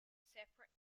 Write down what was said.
separate